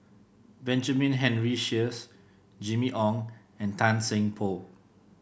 Benjamin Henry Sheares Jimmy Ong and Tan Seng Poh